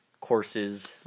courses